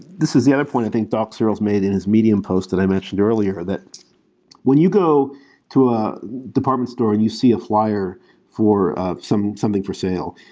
this is the other point i think doc searls made in his medium post that i mentioned earlier that when you go to a department store and you see a flier for ah something for sale,